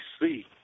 see